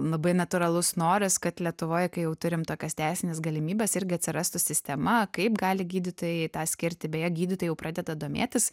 labai natūralus noras kad lietuvoj kai jau turim tokias teisines galimybes irgi atsirastų sistema kaip gali gydytojai tą skirti beje gydytojai jau pradeda domėtis